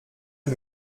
que